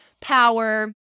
power